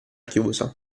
chiusa